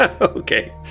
Okay